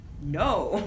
no